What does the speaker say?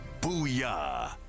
booyah